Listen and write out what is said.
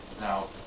Now